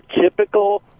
typical